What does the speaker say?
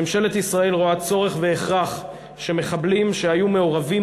ממשלת ישראל רואה צורך והכרח שמחבלים שהיו מעורבים